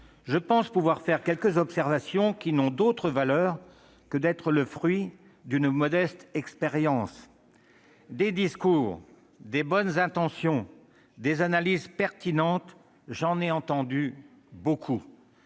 Je pense pouvoir faire quelques observations, n'ayant d'autre valeur que d'être le fruit d'une modeste expérience ... Des discours, des bonnes intentions et des analyses pertinentes, j'en ai entendus beaucoup